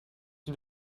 une